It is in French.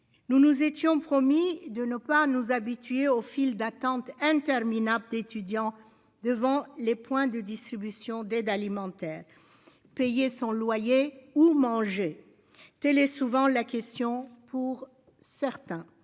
Nous nous étions promis de ne pas nous habitués aux files d'attente interminables d'étudiants devant les points de distribution d'aide alimentaire. Payer son loyer ou manger télé souvent la question. Pour certains,